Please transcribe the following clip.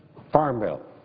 farm bill.